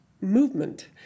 movement